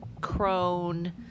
crone